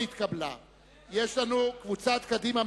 להלן: קבוצת סיעת קדימה,